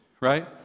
right